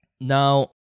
Now